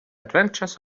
adventures